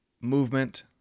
movement